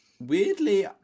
Weirdly